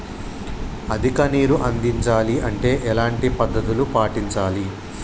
అధిక నీరు అందించాలి అంటే ఎలాంటి పద్ధతులు పాటించాలి?